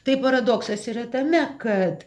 tai paradoksas yra tame kad